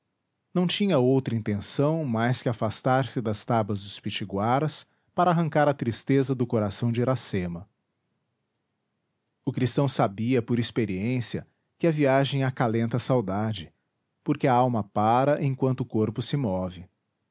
não tinha outra intenção mais que afastar-se das tabas dos pitiguaras para arrancar a tristeza do coração de iracema o cristão sabia por experiência que a viagem acalenta a saudade porque a alma pára enquanto o corpo se move